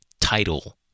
title